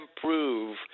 prove